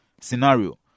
scenario